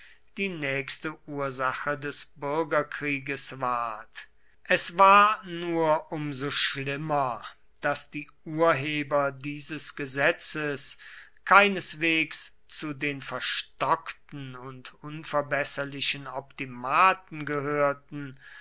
die nächste ursache des bürgerkrieges ward es war nur um so schlimmer daß die urheber dieses gesetzes keineswegs zu den verstockten und unverbesserlichen optimaten gehörten